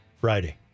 Friday